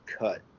cut